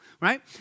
Right